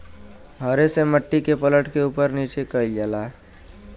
हरे से मट्टी के पलट के उपर नीचे कइल जाला